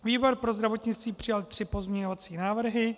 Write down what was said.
Výbor pro zdravotnictví přijal tři pozměňovací návrhy.